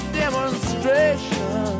demonstration